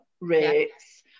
rates